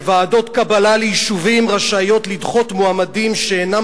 שוועדות קבלה ליישובים רשאיות לדחות מועמדים שאינם